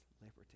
liberty